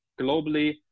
globally